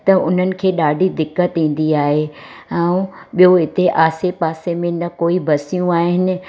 त उन्हनि खे ॾाढी दिक़त ईंदी आए ऐं ॿियों हिते आसे पासे में न कोई बसियूं आहिनि